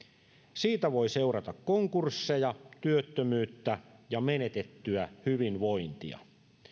siitä voi seurata konkursseja työttömyyttä ja menetettyä hyvinvointia